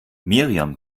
miriam